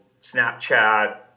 Snapchat